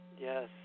Yes